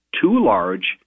too-large